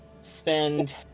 spend